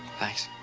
thanks.